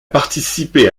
participé